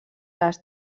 les